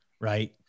Right